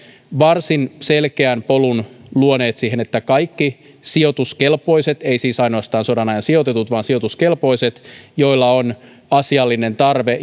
varsin selkeän polun siihen että kaikki sijoituskelpoiset ei siis ainoastaan sodanajan sijoitetut vaan sijoituskelpoiset joilla on asiallinen tarve